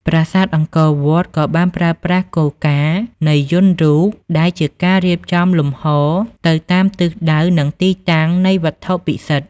ប្រាសាទអង្គរវត្តក៏បានប្រើប្រាស់គោលការណ៍នៃយន្តរូបដែលជាការរៀបចំលំហទៅតាមទិសដៅនិងទីតាំងនៃវត្ថុពិសិដ្ឋ។